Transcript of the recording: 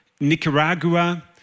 Nicaragua